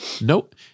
Nope